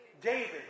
David